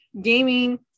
gaming